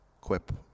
quip